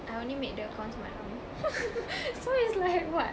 I only made the account semalam so it's like what